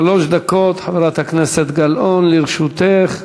שלוש דקות, חברת הכנסת גלאון, לרשותך.